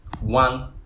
One